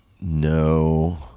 No